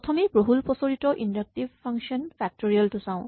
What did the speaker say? প্ৰথমতেই বহুল প্ৰচলিত ইন্ডাকটিভ ফাংচন ফেক্টৰিয়েল টো চাওঁ